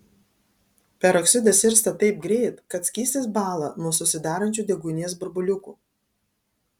peroksidas irsta taip greit kad skystis bąla nuo susidarančių deguonies burbuliukų